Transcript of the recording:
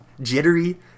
jittery